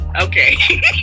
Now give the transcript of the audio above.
Okay